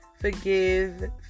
forgive